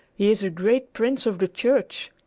he is a great prince of the church!